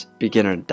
beginner